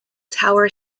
tower